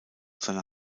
seiner